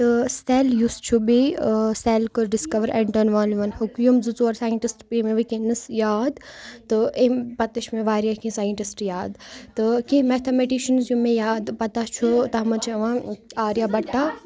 تہٕ سیٚل یُس چھُ بیٚیہِ سیٚل کٔر ڈِسکَوَر اینٹر والوَن ہُک یِم زٕ ژور ساینٹِسٹہٕ پیٚیہِ مےٚ وُنکٮ۪نَس یاد تہٕ ایٚمۍ پَتہٕ چھِ مےٚ واریاہ کیٚنٛہہ ساینٹِسٹہٕ یاد تہٕ کیٚنٛہہ میتھامیٹِشَنٕز یِم مےٚ یاد پَتاہ چھُ تَتھ منٛز چھِ یِوان آریا بَٹا